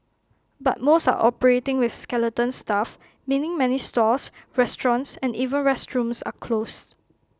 but most are operating with skeleton staff meaning many stores restaurants and even restrooms are closed